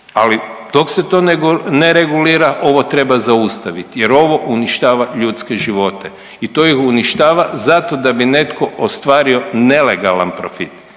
ali dok se to ne regulira ovo treba zaustavit jer ovo uništava ljudske živote i to ih uništava zato da bi netko ostvario nelegalan profit.